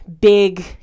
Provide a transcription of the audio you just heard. big